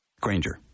Granger